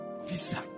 visa